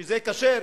שזה כשר,